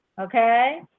Okay